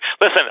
Listen